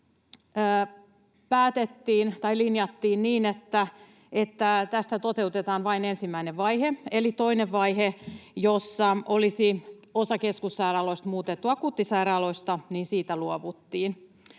Kehysriihessä linjattiin niin, että tästä toteutetaan vain ensimmäinen vaihe, eli toisesta vaiheesta, jossa olisi osa keskussairaaloista muutettu akuuttisairaaloiksi, luovuttiin.